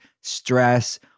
stress